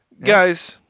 guys